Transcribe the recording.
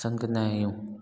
पसंदि कंदा आहियूं